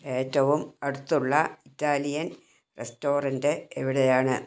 ഏറ്റവും അടുത്തുള്ള Italian restaurant എവിടെയാണ്